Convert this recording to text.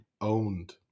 owned